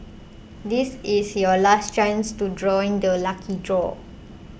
this is your last chance to join the lucky draw